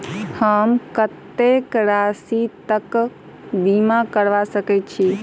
हम कत्तेक राशि तकक बीमा करबा सकै छी?